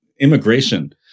immigration